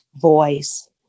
voice